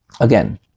again